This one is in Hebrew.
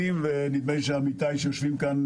נדמה לי שעמיתיי שיושבים כאן,